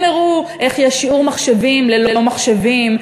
הם הראו איך יש שיעור מחשבים ללא מחשבים,